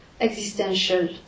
existential